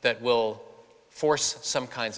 that will force some kinds